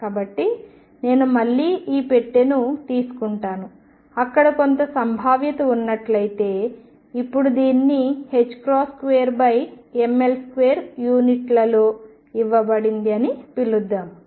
కాబట్టి నేను మళ్ళీ ఈ పెట్టెను తీసుకుంటాను అక్కడ కొంత సంభావ్యత ఉన్నట్లయితే ఇప్పుడు దీనిని 2mL2 యూనిట్లలో ఇవ్వబడింది అని పిలుద్దాం